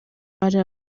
ari